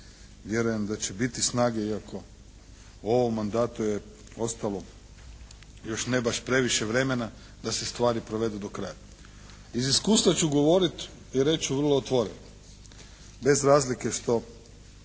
vjerujem da će biti snage, iako ovom mandatu je ostalo još ne baš previše vremena da se stvari provedu do kraja. Iz iskustva ću govoriti i reći ću vrlo otvoreno bez razlike što